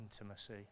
intimacy